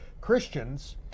Christians